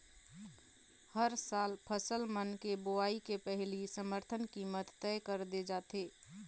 हर साल फसल मन के बोवई के पहिली समरथन कीमत तय कर दे जाथे